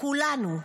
כולנו,